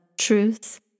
truth